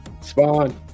Spawn